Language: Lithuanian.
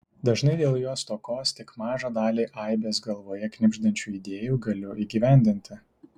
dažnai dėl jo stokos tik mažą dalį aibės galvoje knibždančių idėjų galiu įgyvendinti